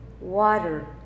water